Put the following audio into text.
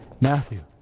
Matthew